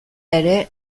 ere